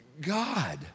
God